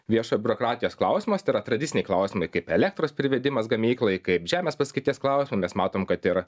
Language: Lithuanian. viešo biurokratijos klausimas tai yra tradiciniai klausimai kaip elektros privedimas gamyklai kaip žemės paskirties klausimu mes matom kad ir